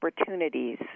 opportunities